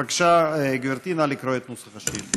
בבקשה, גברתי, נא לקרוא את נוסח השאילתה.